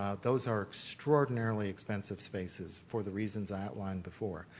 ah those are extraordinarily expensive spaces for the reasons i outlined before.